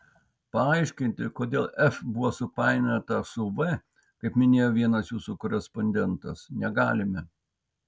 paaiškinti kodėl f buvo supainiota su v kaip minėjo vienas jūsų korespondentas negalime